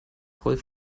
rolf